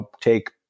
take